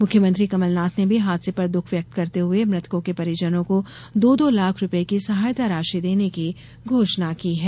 मुख्यमंत्री कमलनाथ ने भी हादसे पर दुःख व्यक्त करते हुए मृतकों के परिजनों को दो दो लाख रूपये की सहायता राशि देने की घोषणा की है